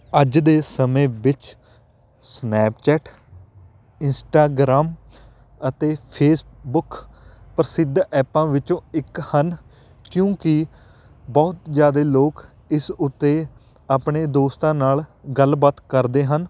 ਅੱਜ ਦੇ ਸਮੇਂ ਵਿੱਚ ਸਨੈਪਚੈਟ ਇੰਸਟਾਗਰਾਮ ਅਤੇ ਫੇਸਬੁੱਕ ਪ੍ਰਸਿੱਧ ਐਪਾਂ ਵਿੱਚੋਂ ਇੱਕ ਹਨ ਕਿਉਂਕਿ ਬਹੁਤ ਜ਼ਿਆਦਾ ਲੋਕ ਇਸ ਉੱਤੇ ਆਪਣੇ ਦੋਸਤਾਂ ਨਾਲ ਗੱਲਬਾਤ ਕਰਦੇ ਹਨ